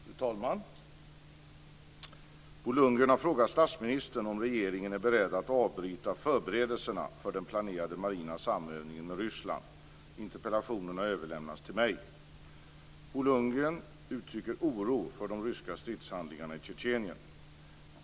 Fru talman! Bo Lundgren har frågat statsministern om regeringen är beredd att avbryta förberedelserna för den planerade marina samövningen med Ryssland. Interpellationen har överlämnats till mig. Bo Lundgren uttrycker oro för de ryska stridshandlingarna i Tjetjenien.